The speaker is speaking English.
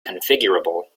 configurable